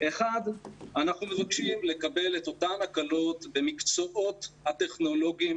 אנחנו מבקשים לקבל את אותן הקלות במקצועות הטכנולוגיים